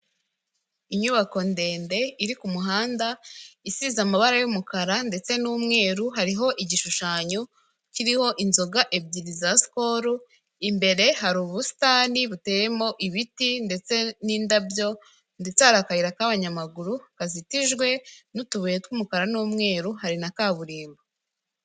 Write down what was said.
Inyubako ndende iri ku muhanda isize amabara y'umukara ndetse n'umweru, hariho igishushanyo kiriho inzoga ebyiri za sikoru, imbere hari ubusitani buteyemo ibiti ndetse n'indabyo, ndetse hari akayira k'abanyamaguru kazitijwe n'utubuye tw'umukara n'umweru hari na kaburimbo.